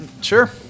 sure